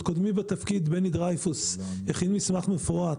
עוד קודמי בתפקיד בני דרייפוס הכין מסמך מפורט,